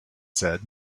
said